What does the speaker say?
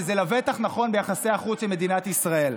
וזה לבטח נכון ביחסי החוץ של מדינת ישראל.